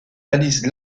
balise